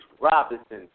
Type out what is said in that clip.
Robinson